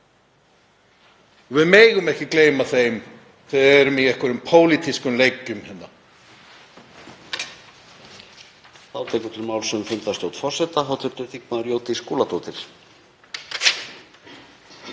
Við megum ekki gleyma þeim þegar við erum í einhverjum pólitískum leikjum